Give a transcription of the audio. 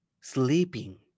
sleeping